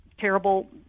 terrible